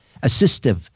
assistive